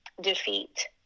defeat